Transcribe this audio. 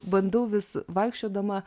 bandau vis vaikščiodama